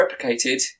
replicated